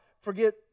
forget